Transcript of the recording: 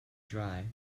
dry